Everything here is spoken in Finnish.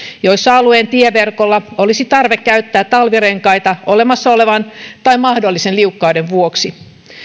joissa alueen tieverkolla olisi tarve käyttää talvirenkaita olemassa olevan tai mahdollisen liukkauden vuoksi